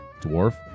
Dwarf